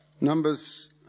Numbers